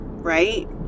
right